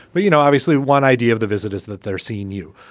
but, you know, obviously. one idea of the visit is that they're seeing you.